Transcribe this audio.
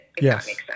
yes